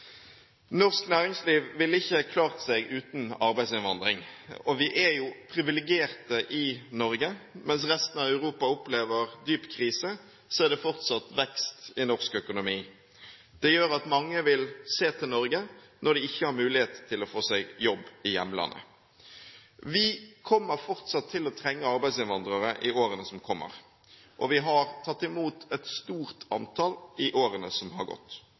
Norsk næringsliv ville ikke klart seg uten arbeidsinnvandring. Vi er privilegerte i Norge. Mens resten av Europa opplever dyp krise, er det fortsatt vekst i norsk økonomi. Det gjør at mange vil se til Norge, når de ikke har mulighet til å få seg jobb i hjemlandet. Vi kommer fortsatt til å trenge arbeidsinnvandrere i årene som kommer, og vi har tatt imot et stort antall i årene som har gått.